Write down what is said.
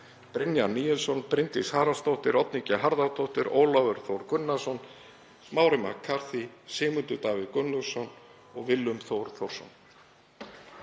Brynjar Níelsson, Bryndís Haraldsdóttir, Oddný G. Harðardóttir, Ólafur Þór Gunnarsson, Smári McCarthy, Sigmundur Davíð Gunnlaugsson og Willum Þór Þórsson.